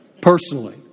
Personally